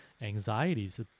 anxieties